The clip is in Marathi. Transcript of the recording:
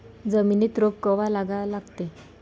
जमिनीत रोप कवा लागा लागते?